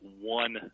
one